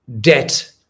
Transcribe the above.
debt